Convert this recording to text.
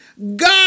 God